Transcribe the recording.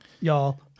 y'all